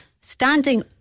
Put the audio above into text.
standing